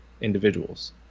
individuals